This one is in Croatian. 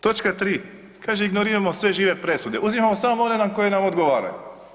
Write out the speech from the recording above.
Točka 3. kaže ignoriramo sve žive presude, uzimamo samo one koje nam odgovaraju.